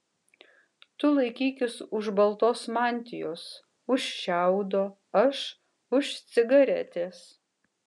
tu laikykis už baltos mantijos už šiaudo aš už cigaretės